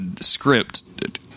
script